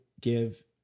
give